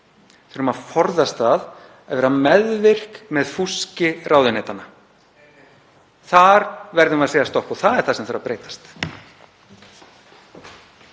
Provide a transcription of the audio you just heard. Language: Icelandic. þurfum að forðast það að vera meðvirk með fúski ráðuneytanna. Þar verðum við að segja stopp og það er það sem þarf að breytast.